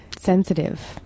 sensitive